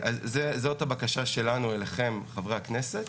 זאת הבקשה שלנו אליכם, חברי הכנסת.